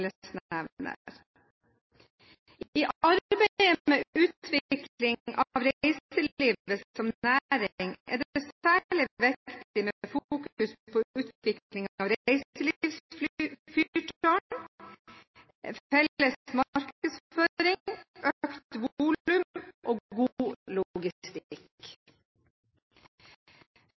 næring er det særlig viktig med fokus på utvikling av reiselivsfyrtårn, felles markedsføring, økt volum og god logistikk.